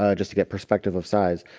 ah just to get perspective of size.